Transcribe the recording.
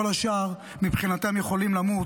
כל השאר מבחינתם יכולים למות.